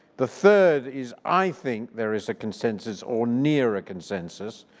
the third is i think there is a consensus or nearer consensus.